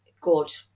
good